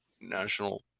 national